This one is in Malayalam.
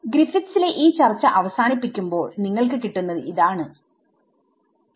ഗ്രിഫിത്സിലെ Griffithsഈ ചർച്ച അവസാനിപ്പിക്കുബോൾ നിങ്ങൾക്ക് കിട്ടുന്നത്ആണ്